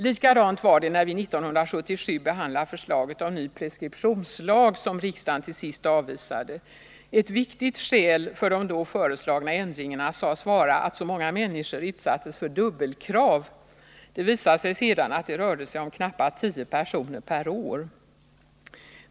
Likadant var det när vi 1977 behandlade förslaget om ny preskriptionslag, som riksdagen till sist avvisade. Ett viktigt skäl för de då föreslagna ändringarna sades vara att så många människor utsattes för dubbelkrav. Det visade sig sedan att det rörde sig om knappa tio personer per år.